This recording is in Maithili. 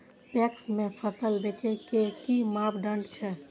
पैक्स में फसल बेचे के कि मापदंड छै?